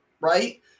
right